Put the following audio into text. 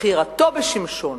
בחירתו בשמשון,